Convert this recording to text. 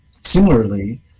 similarly